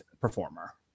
performer